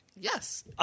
yes